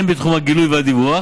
הן בתחום הגילוי והדיווח